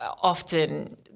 often